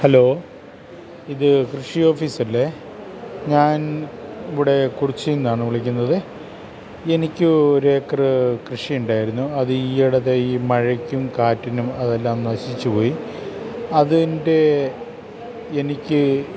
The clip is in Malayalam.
ഹലോ ഇത് കൃഷി ഓഫീസ് അല്ലേ ഞാൻ ഇവിടെ കുറിച്ചിയിൽ നിന്നാണ് വിളിക്കുന്നത് എനിക്ക് ഒരു ഏക്കറ് കൃഷി ഉണ്ടായിരുന്നു അത് ഈയിടെ ദേ ഈ മഴക്കും കാറ്റിനും അതെല്ലാം നശിച്ചു പോയി അതിൻ്റെ എനിക്ക്